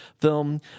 film